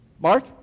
Mark